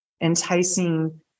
enticing